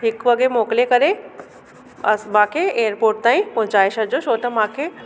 हिकु वॻे मोकिले करे अस मूंखे एयरपोट ताईं पहुचाए छॾिजो छो त मूंखे